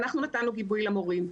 ואנחנו נתנו גיבוי למורים.